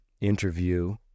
interview